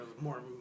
more